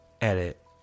Edit